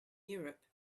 europe